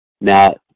Now